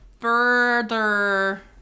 further